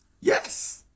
yes